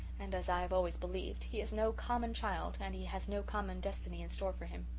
and as i have always believed, he is no common child and he has no common destiny in store for him.